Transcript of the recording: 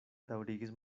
daŭrigis